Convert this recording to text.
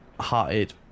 hearted